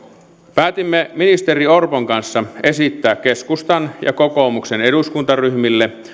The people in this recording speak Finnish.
päätimme ministeri orpon kanssa esittää keskustan ja kokoomuksen eduskuntaryhmille